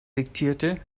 diktierte